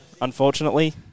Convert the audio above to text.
unfortunately